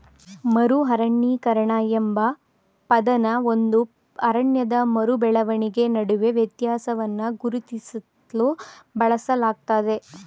ಮರು ಅರಣ್ಯೀಕರಣ ಎಂಬ ಪದನ ಒಂದು ಅರಣ್ಯದ ಮರು ಬೆಳವಣಿಗೆ ನಡುವೆ ವ್ಯತ್ಯಾಸವನ್ನ ಗುರುತಿಸ್ಲು ಬಳಸಲಾಗ್ತದೆ